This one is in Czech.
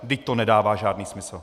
Vždyť to nedává žádný smysl.